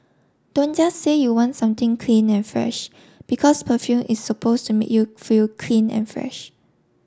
don't just say you want something clean and fresh because perfume is suppose to make you feel clean and fresh